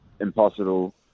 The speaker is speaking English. impossible